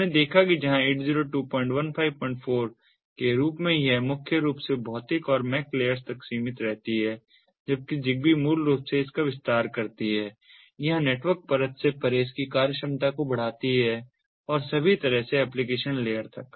हमने देखा है कि जहां 802154 के रूप में यह मुख्य रूप से भौतिक और मैक लेयर्स तक सीमित रहती है जबकि ZigBee मूल रूप से इसका विस्तार करती हैं या नेटवर्क परत से परे इसकी कार्यक्षमता को बढ़ाती है और सभी तरह से एप्लीकेशन लेयर तक